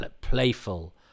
playful